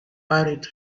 buried